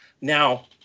Now